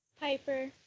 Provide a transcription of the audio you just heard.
Piper